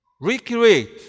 recreate